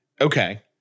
Okay